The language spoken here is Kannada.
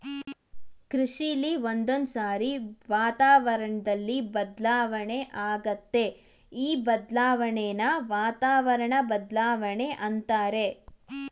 ಕೃಷಿಲಿ ಒಂದೊಂದ್ಸಾರಿ ವಾತಾವರಣ್ದಲ್ಲಿ ಬದಲಾವಣೆ ಆಗತ್ತೆ ಈ ಬದಲಾಣೆನ ವಾತಾವರಣ ಬದ್ಲಾವಣೆ ಅಂತಾರೆ